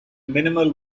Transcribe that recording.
minimal